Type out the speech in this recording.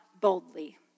boldly